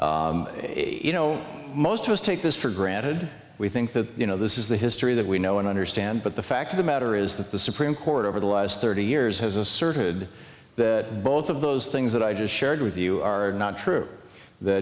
one you know most of us take this for granted we think that you know this is the history that we know and understand but the fact of the matter is that the supreme court over the last thirty years has asserted that both of those things that i just shared with you are not true the